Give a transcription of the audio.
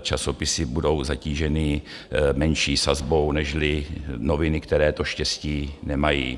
časopisy budou zatíženy menší sazbou nežli noviny, které to štěstí nemají.